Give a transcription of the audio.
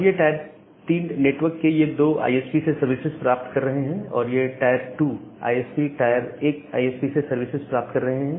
अब ये tier 3 network ये 2 आईएसपी से सर्विसेस प्राप्त कर रहे हैं और ये टायर 2 आईएसपी टायर 1 आईएसपी से सर्विसेज प्राप्त कर रहे हैं